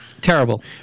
Terrible